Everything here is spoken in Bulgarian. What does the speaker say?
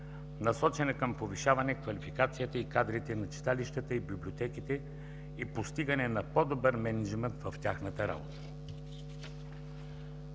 насочена към повишаване квалификацията на кадрите в читалищата и библиотеките и постигане на по-добър мениджмънт в тяхната работа.